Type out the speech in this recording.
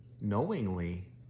knowingly